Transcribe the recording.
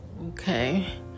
Okay